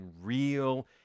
real